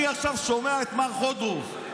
אני עכשיו שומע את מר חודורוב,